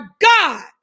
God